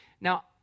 Now